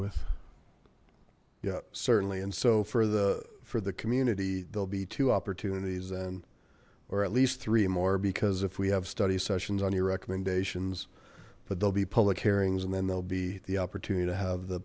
with yeah certainly and so for the for the community there'll be two opportunities and or at least three more because if we have study sessions on your recommendations but there'll be public hearings and then there'll be the opportunity to have the